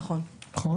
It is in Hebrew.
נכון.